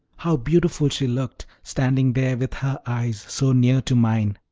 how beautiful she looked, standing there with her eyes so near to mine!